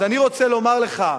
אז אני רוצה לומר לך,